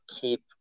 keep